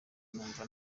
numva